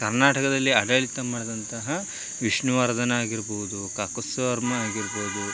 ಕರ್ನಾಟಕದಲ್ಲಿ ಆಡಳಿತ ಮಾಡಿದಂತಹ ವಿಷ್ಣುವರ್ಧನ ಆಗಿರ್ಬೋದು ಕಾಕುಸ್ತವರ್ಮ ಆಗಿರ್ಬೋದು